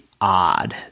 odd